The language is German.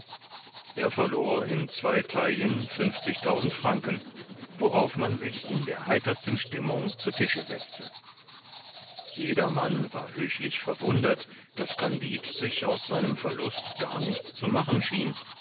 er verlor in zwei taillen franken worauf man sich in der heitersten stimmung zu tische setzte jedermann war höchlich verwundert daß kandid sich aus seinem verlust gar nichts zu machen schien